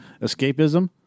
escapism